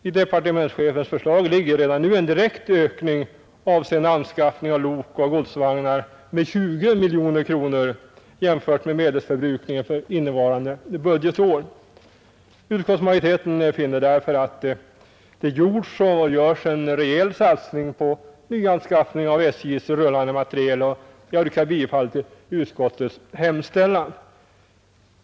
I departementschefens förslag ligger redan nu en direkt ökning avseende avskaffning av lok och godsvagnar med 20 miljoner kronor, jämfört med medelsförbrukningen för innevarande budgetår. Utskottsmajoriteten finner därför att det gjorts och görs en rejäl satsning på nyanskaffning av SJ:s rullande materiel. Jag yrkar bifall till utskottets hemställan.